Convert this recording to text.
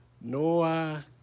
Noah